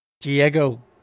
Diego